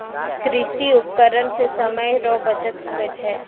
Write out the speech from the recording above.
कृषि उपकरण से समय रो बचत हुवै छै